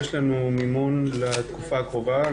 יש לנו מימון לתקופה הקרובה,